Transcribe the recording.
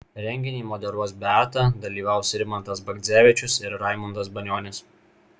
renginį moderuos beata dalyvaus rimantas bagdzevičius ir raimundas banionis